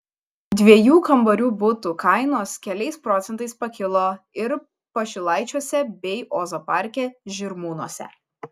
dviejų kambarių butų kainos keliais procentais pakilo ir pašilaičiuose bei ozo parke žirmūnuose